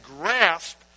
grasp